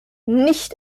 nicht